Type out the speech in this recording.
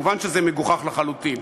מובן שזה מגוחך לחלוטין,